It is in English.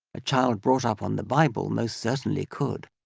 a child brought up on the bible most certainly could.